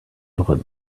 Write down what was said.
الغد